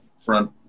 front